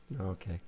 Okay